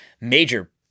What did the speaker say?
major